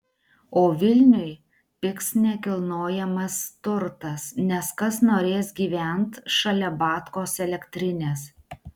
o vilniuj pigs nekilnojamas turtas nes kas norės gyvent šalia batkos elektrinės